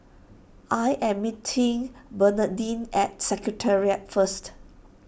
I am meeting Bernardine at Secretariat first